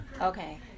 Okay